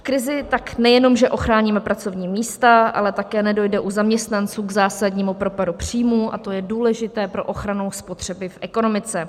V krizi tak nejenom ochráníme pracovní místa, ale také nedojde u zaměstnanců k zásadnímu propadu příjmů, a to je důležité pro ochranu spotřeby v ekonomice.